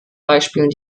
beispielen